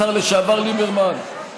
השר לשעבר ליברמן,